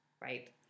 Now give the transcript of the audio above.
Right